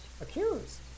Accused